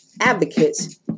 advocates